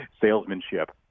salesmanship